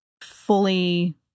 fully